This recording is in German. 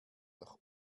doch